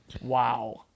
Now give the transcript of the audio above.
Wow